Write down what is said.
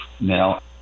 now